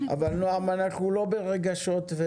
אבל אנחנו לא ברגשות.